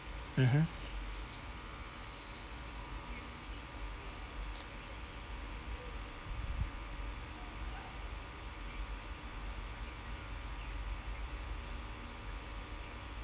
mmhmm